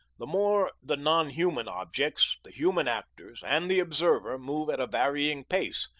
the more the non-human objects, the human actors, and the observer move at a varying pace,